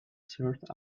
third